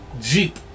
Jeep